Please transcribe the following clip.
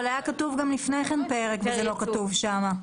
אבל היה כתוב גם לפני כן פרק וזה לא כתוב בו.